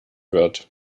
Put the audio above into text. wird